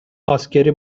askeri